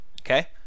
Okay